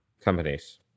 companies